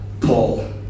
Paul